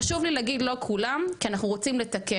חשוב לי להגיד לא כולם, כי אנחנו רוצים לתקן.